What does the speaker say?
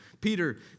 Peter